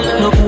no